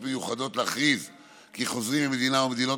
מיוחדות וחריגות להכריז כי חוזרים ממדינה או ממדינות